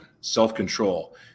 self-control